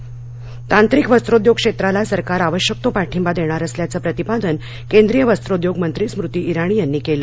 स्मृती इराणी तांत्रिक वस्त्रोद्योग क्षेत्राला सरकार आवश्यक तो पाठींबा देणार असल्याचं प्रतिपादन केंद्रीय वस्त्रोद्योग मंत्री स्मृती इराणी यांनी केलं